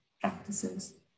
practices